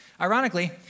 ironically